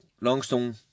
Longstone